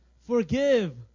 forgive